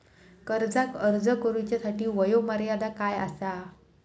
कर्जाक अर्ज करुच्यासाठी वयोमर्यादा काय आसा?